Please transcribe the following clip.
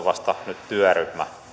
vasta nyt työryhmä